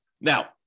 Now